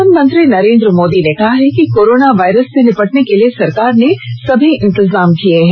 प्रधानमंत्री नरेंद्र मोदी ने कहा है कि कोरोना वायरस से निपटने के लिए सरकार ने सभी मुक्कमल इंतजाम किए हैं